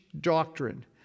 doctrine